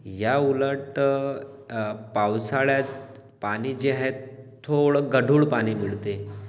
याउलट पावसाळ्यात पाणी जे आहे थोडं गढूळ पाणी मिळते